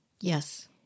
Yes